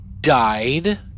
died